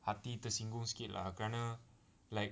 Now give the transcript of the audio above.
hati tersinggung sikit lah kerana like